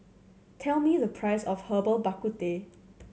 tell me the price of Herbal Bak Ku Teh